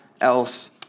else